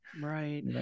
Right